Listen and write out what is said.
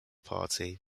party